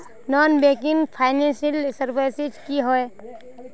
Non banking financial services की होय?